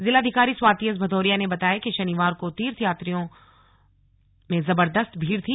जिलाधिकारी स्वाति एस भदौरिया ने बताया कि शनिवार को तीर्थयात्रियों जबरदस्त भीड़ थी